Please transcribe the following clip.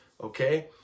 Okay